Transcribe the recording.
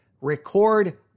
record